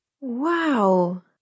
Wow